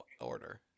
order